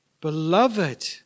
beloved